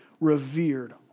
revered